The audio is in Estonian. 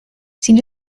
sind